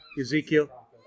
Ezekiel